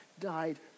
died